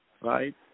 right